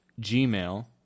Gmail